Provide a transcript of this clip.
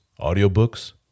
audiobooks